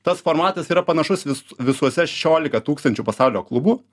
tas formatas yra panašus vis visuose šešiolika tūkstančių pasaulio klubų